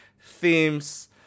themes